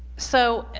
so